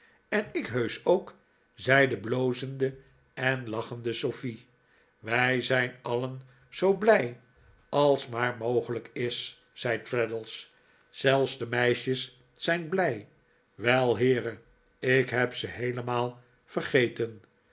en ik heusch ook zei de blozende en lachende sofie wij zijn alien zoo blij als maar mogelijk is zei traddles zelfs de meisjes zijn blij wei heere ik heb ze heelemaal vergeten